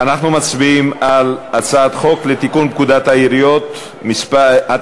אנחנו מצביעים על הצעת חוק לתיקון פקודת העיריות (מס' 139),